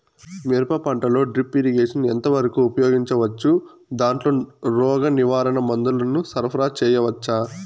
మిరప పంటలో drip irrigation ఎంత వరకు ఉపయోగించవచ్చు, దాంట్లో రోగ నివారణ మందుల ను సరఫరా చేయవచ్చా?